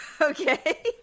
okay